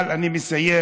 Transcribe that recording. אבל, אני מסיים,